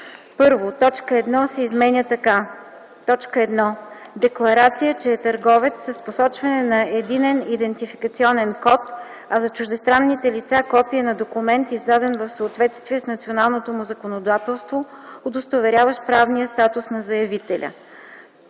1. Точка 1 се изменя така: „1. декларация, че е търговец, с посочване на единен идентификационен код, а за чуждестранните лица – копие на документ, издаден в съответствие с националното му законодателство, удостоверяващ правния статус на заявителя;”.